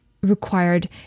required